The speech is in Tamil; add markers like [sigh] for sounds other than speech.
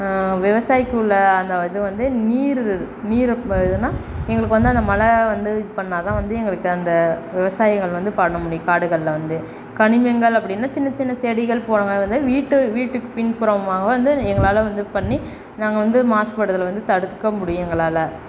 விவசாயிக்குள்ளே அந்த இது வந்து நீர் நீரப் இதுன்னால் எங்களுக்கு வந்து அந்த மழை வந்து இது பண்ணிணாதான் வந்து எங்களுக்கு அந்த விவசாயிகள் வந்து பண்ண முடியும் காடுகளில் வந்து கனிமங்கள் அப்படின்னா சின்னச் சின்ன செடிகள் [unintelligible] வீட்டு வீட்டுக்குப் பின்புறமாக வந்து எங்களால் வந்து பண்ணி நாங்கள் வந்து மாசுபடுதலை வந்து தடுத்துக்க முடியும் எங்களால்